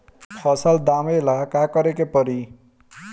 फसल दावेला का करे के परी?